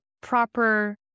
proper